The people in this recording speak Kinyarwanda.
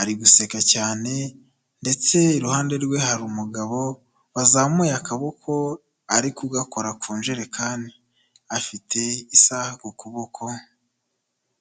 Ari guseka cyane, ndetse iruhande rwe hari umugabo wazamuye akaboko, ari kugakora ku njerekani. Afite isaha ku kuboko.